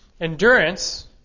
Endurance